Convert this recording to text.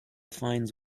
finds